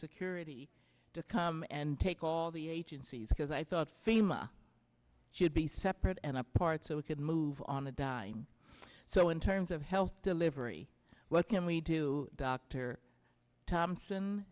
security to come and take all the agencies because i thought famous should be separate and apart so we could move on a dime so in terms of health delivery what can we do dr thompson